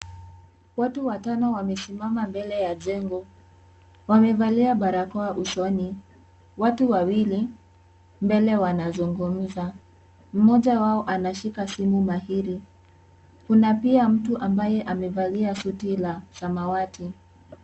Watu watano wamesimama mbele ya jengo, wamevalia barakoa usoni. Watu wawili, mbele wanazungumza. Mmoja wao anashika simu mahiri. Kuna pia mtu ambaye amevalia suti la samawati.